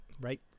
right